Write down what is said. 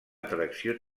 atracció